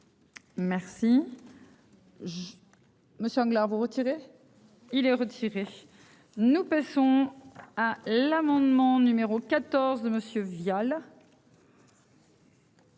Merci. Monsieur vous retirer. Il est retiré. Nous passons à l'amendement numéro 14 de monsieur Vial.